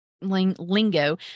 lingo